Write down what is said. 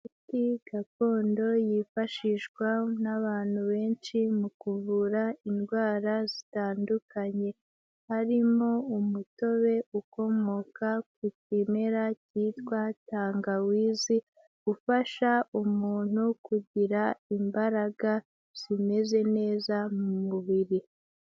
Imiti gakondo yifashishwa n'abantu benshi mu kuvura indwara zitandukanye, harimo umutobe ukomoka ku kimera kitwa tangawizi, ufasha umuntu kugira imbaraga zimeze neza mu mubiri.